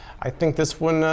i think this one,